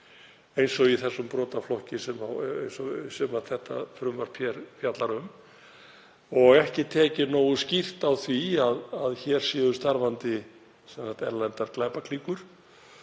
og í þeim brotaflokki sem þetta frumvarp fjallar um. Ekki er tekið nógu skýrt á því að hér séu starfandi erlendar glæpaklíkur